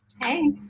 Hey